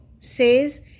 says